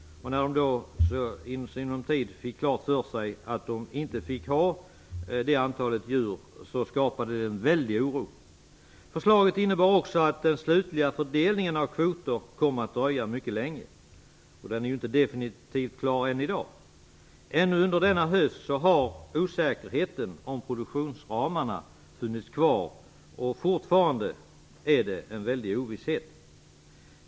När de i sinom tid fick klart för sig att de inte fick ha samma antal djur skapade detta en väldig oro. Förslaget innebar också att den slutliga fördelningen av kvoter kom att dröja mycket länge. Den är ju inte definitivt klar än i dag. Ännu under denna höst har det rått osäkerhet om produktionsramarna, och ovissheten är fortfarande stor.